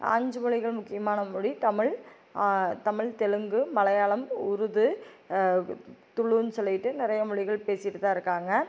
அஞ்சு மொழிகள் முக்கியமான மொழி தமிழ் தமில் தெலுங்கு மலையாளம் உருது துளுன்னு சொல்லிட்டு நிறைய மொழிகள் பேசிட்டுதான் இருக்காங்க